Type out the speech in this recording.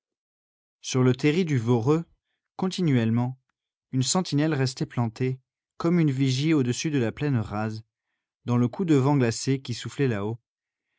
sur le terri du voreux continuellement une sentinelle restait plantée comme une vigie au-dessus de la plaine rase dans le coup de vent glacé qui soufflait là-haut